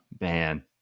Man